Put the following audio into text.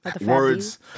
Words